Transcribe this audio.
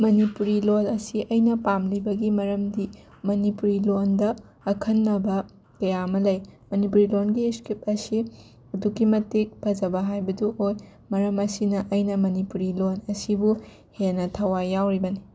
ꯃꯅꯤꯄꯨꯔꯤ ꯂꯣꯟ ꯑꯁꯤ ꯑꯩꯅ ꯄꯥꯝꯂꯤꯕꯒꯤ ꯃꯔꯝꯗꯤ ꯃꯅꯤꯄꯨꯔꯤ ꯂꯣꯟꯗ ꯑꯈꯟꯅꯕ ꯀꯌꯥ ꯑꯃ ꯂꯩ ꯃꯅꯤꯄꯨꯔꯤ ꯂꯣꯟꯒꯤ ꯏꯁꯀ꯭ꯔꯤꯞ ꯑꯁꯤ ꯑꯗꯨꯛꯀꯤ ꯃꯇꯤꯛ ꯐꯖꯕ ꯍꯥꯏꯕꯗꯨ ꯑꯣꯏ ꯃꯔꯝ ꯑꯁꯤꯅ ꯑꯩꯅ ꯃꯅꯤꯄꯨꯔꯤ ꯂꯣꯟ ꯑꯁꯤꯕꯨ ꯍꯦꯟꯅ ꯊꯋꯥꯏ ꯌꯥꯎꯔꯤꯕꯅꯤ